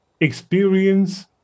Experience